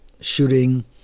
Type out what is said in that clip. shooting